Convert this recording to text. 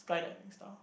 skyiving style